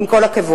עם כל הכבוד.